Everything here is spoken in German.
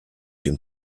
dem